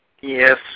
Yes